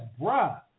bruh